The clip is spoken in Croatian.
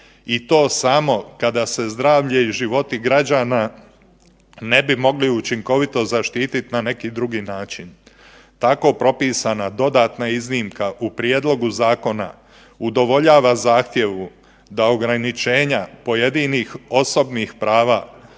I to samo kada se zdravlje i životi građana ne bi mogli učinkovito zaštiti na neki drugi način. Tako propisana dodatna iznimka u prijedlogu zakona udovoljava zahtjevu da ograničenja pojedinih osobnih prava